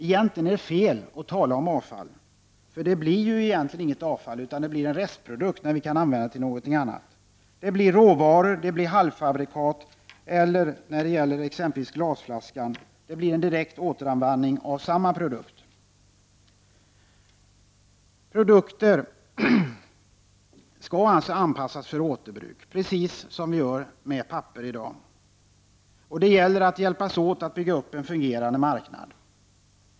Egentligen är det fel att tala om avfall, därför att det inte blir något avfall, utan en restprodukt, som kan användas till någonting annat. Det blir råvaror, halvfabrikat eller, exempelvis när det gäller glasflaskan, en direkt återanvändning av samma produkt. Produkter skall alltså anpassas för återbruk, precis som papper. Det gäller att hjälpas åt att bygga upp en fungerande marknad.